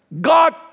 God